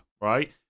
right